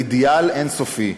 "אידיאל אין-סופי"